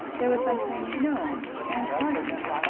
there was something known and heartening.